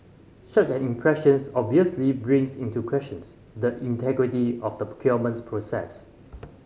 such an impressions obviously brings into questions the integrity of the procurements process